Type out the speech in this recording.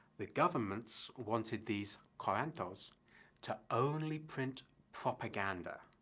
the governments wanted these corantos to only print propaganda,